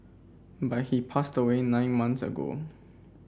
but he passed away nine months ago